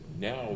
now